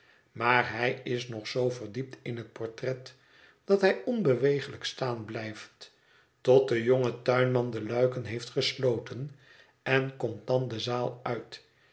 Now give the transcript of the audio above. maar hij is nog zoo verdiept in het portret dat hij onbeweeglijk staan blijft tot de jonge tuinman de luiken heeft gesloten en komt dan de zaal uit